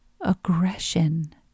aggression